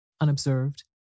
unobserved